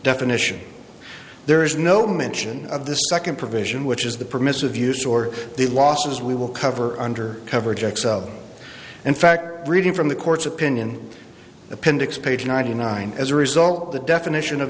definition there is no mention of this second provision which is the permissive use or the losses we will cover under cover jex of in fact reading from the court's opinion appendix page ninety nine as a result the definition of